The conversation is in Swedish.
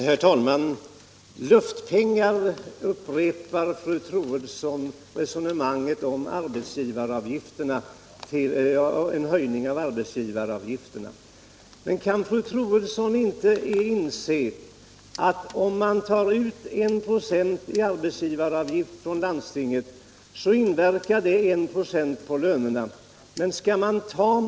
Herr talman! ”Luftpengar” säger fru Troedsson och upprepar resonemanget om en höjning av arbetsgivaravgiften. Allmänpolitisk debatt Allmänpolitisk debatt Men kan fru Troedsson inte inse att om man tar ut 1 26 i arbetsgivaravgift från landstingen inverkar det på lönerna med 1 26.